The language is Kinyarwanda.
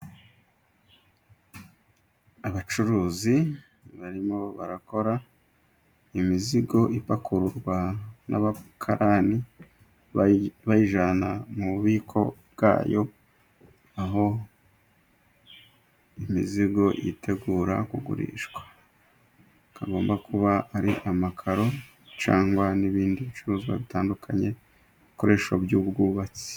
Abacuruzi barimo barakora imizigo， ipakururwa n'abakarani bayijyana mu bubiko bwayo， aho imizigo yitegura kugurishwa，ikagomba kuba ari amakaro， cyangwa n'ibindi bicuruzwa bitandukanye， ibikoresho by'ubwubatsi.